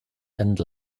and